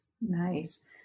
Nice